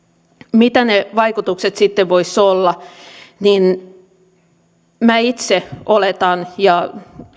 mitä ne vaikutukset sitten voisivat olla minä itse oletan ja